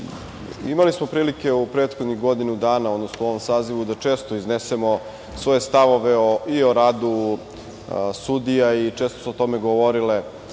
imali smo prilike u prethodnih godinu dana, odnosno u ovom sazivu da često iznesemo svoje stavove o radu sudija i često su o tome govorile